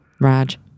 Raj